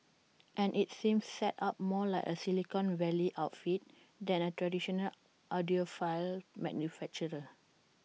and IT seems set up more like A Silicon Valley outfit than A traditional audiophile manufacturer